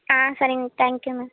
ஆ சரிங்க ma'am thank you ma'am